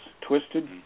twisted